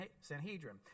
Sanhedrin